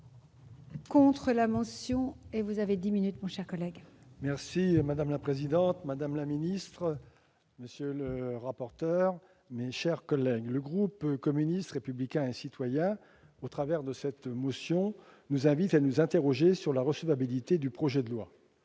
Madame la présidente, madame la ministre, mes chers collègues, le groupe communiste républicain et citoyen, au travers de cette motion, nous invite à nous interroger sur la recevabilité du projet de loi.